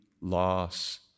loss